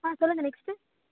ஆ சொல்லுங்கள் நெக்ஸ்ட்டு